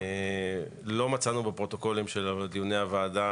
לא מצאנו בפרוטוקולים של דיוני הוועדה